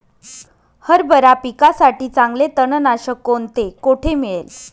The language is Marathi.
हरभरा पिकासाठी चांगले तणनाशक कोणते, कोठे मिळेल?